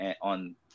on